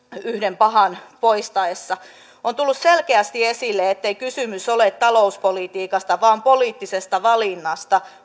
yhden pahan poistuessa on tullut selkeästi esille että kysymys ei ole talouspolitiikasta vaan poliittisesta valinnasta